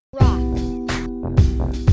rock